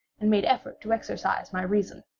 and made effort to exercise my reason.